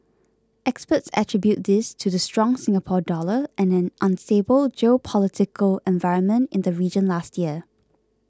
experts attribute this to the strong Singapore Dollar and an unstable geopolitical environment in the region last year